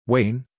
Wayne